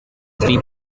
three